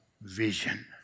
vision